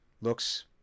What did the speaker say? looks